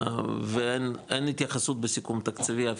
ואין התייחסות בסיכום תקציבי,